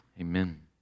amen